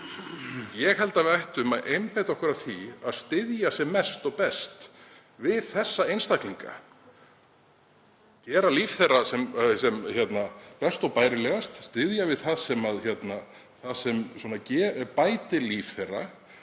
Ég held að við ættum að einbeita okkur að því að styðja sem mest og best við þessa einstaklinga, gera líf þeirra sem best og bærilegast, styðja við það sem bætir líf þeirra